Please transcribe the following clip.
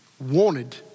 wanted